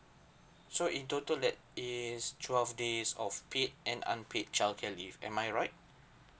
so in total that is twelve days of paid and unpaid childcare leave am I right